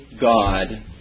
God